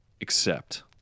accept